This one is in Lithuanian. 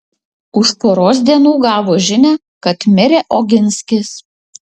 už poros dienų gavo žinią kad mirė oginskis